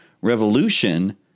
Revolution